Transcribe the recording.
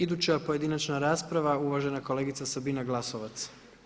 Iduća pojedinačna rasprava uvažena kolegica Sabina Glasovac.